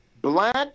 Black